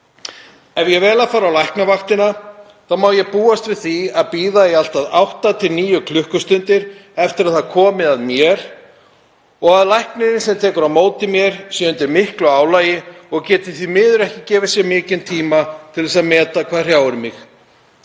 Ef ég vel að fara á læknavaktina má ég búast við því að bíða í allt að átta til níu klukkustundir eftir að það komi að mér og að læknirinn sem tekur á móti mér sé undir miklu álagi og geti því miður ekki gefið sér mikinn tíma til þess að meta hvað hrjáir mig.